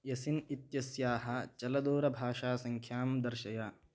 यसिन् इत्यस्याः चलदूरभाषासङ्ख्यां दर्शय